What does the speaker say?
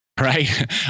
right